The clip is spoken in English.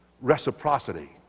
reciprocity